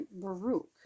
Baruch